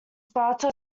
sparta